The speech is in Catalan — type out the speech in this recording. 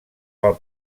pel